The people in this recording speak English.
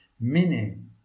meaning